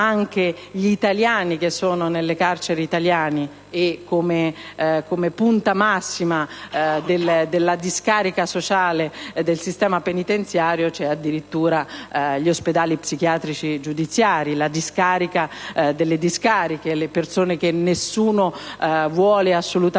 anche degli italiani che sono nelle carceri italiane e, come punta massima della discarica sociale del sistema penitenziario, ci sono gli ospedali psichiatrici giudiziari, la discarica delle discariche, con le persone che nessuno vuole assolutamente